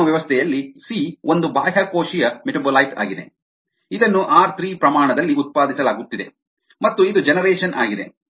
ಇಲ್ಲಿ ನಮ್ಮ ವ್ಯವಸ್ಥೆಯಲ್ಲಿ ಸಿ ಒಂದು ಬಾಹ್ಯಕೋಶೀಯ ಮೆಟಾಬೊಲೈಟ್ ಆಗಿದೆ ಇದನ್ನು ಆರ್ 3 ಪ್ರಮಾಣ ದಲ್ಲಿ ಉತ್ಪಾದಿಸಲಾಗುತ್ತಿದೆ ಮತ್ತು ಇದು ಜನರೇಶನ್ ಆಗಿದೆ